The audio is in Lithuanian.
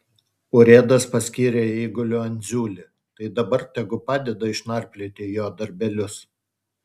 urėdas paskyrė eiguliu andziulį tai dabar tegu padeda išnarplioti jo darbelius